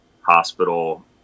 hospital